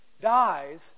dies